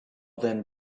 then